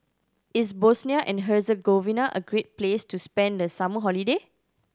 is Bosnia and Herzegovina a great place to spend the summer holiday